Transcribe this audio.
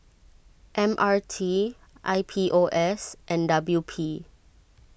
M R T I P O S and W P